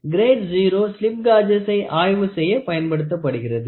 great 0 slip காஜசை ஆய்வு செய்ய பயன்படுத்தப்படுகிறது